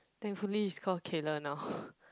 thankfully he's called Kayla now